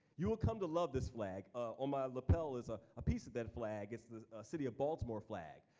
you will come to love this flag. on my lapel is a piece of that flag. it's the city of baltimore flag,